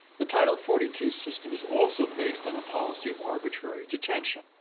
the title forty two system is also based on a policy of arbitrary detention,